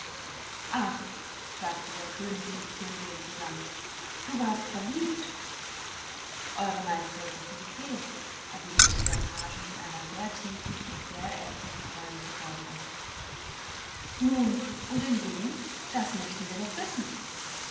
ach sagten der könig und die königin zusammen du warst verliebt eure majestäten zu befehl erwiderte der page mit einer sehr tiefen und sehr ehrfurchtsvollen verbeugung nun und in wen das möchten wir doch wissen